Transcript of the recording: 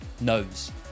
knows